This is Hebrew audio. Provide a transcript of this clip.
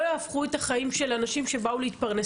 יהפכו את החיים של אנשים שבאו להתפרנס,